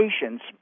patients